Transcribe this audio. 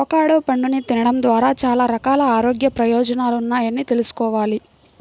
avocado పండుని తినడం ద్వారా చాలా రకాల ఆరోగ్య ప్రయోజనాలున్నాయని తెల్సుకోవాలి